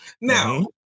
Now